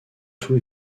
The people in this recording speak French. tout